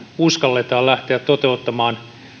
uskalletaan lähteä toteuttamaan